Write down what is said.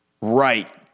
right